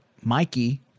Mikey